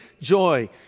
joy